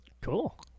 cool